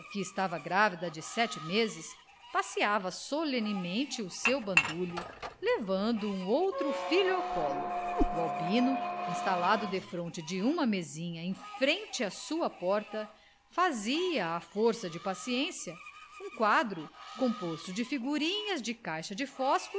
estava grávida de sete meses passeava solenemente o seu bandulho levando um outro filho ao colo o albino instalado defronte de uma mesinha em frente à sua porta fazia à força de paciência um quadro composto de figurinhas de caixa de fósforos